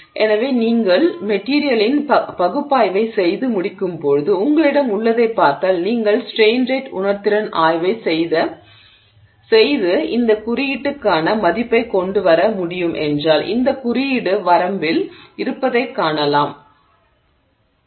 எனவே நீங்கள் மெட்டிரியலின் பகுப்பாய்வைச் செய்து முடிக்கும்போது உங்களிடம் உள்ளதைப் பார்த்தால் நீங்கள் ஸ்ட்ரெய்ன் ரேட் உணர்திறன் ஆய்வைச் செய்து இந்த குறியீட்டுக்கான மதிப்பைக் கொண்டு வர முடியும் என்றால் இந்த குறியீட்டு வரம்பில் இருப்பதைக் காணலாம் இந்த 0